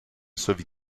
sowie